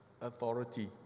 authority